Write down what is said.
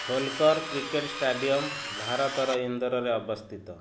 Holkar cricket stadium ଭାରତର ଇନ୍ଦୋରରେ ଅବସ୍ଥିତ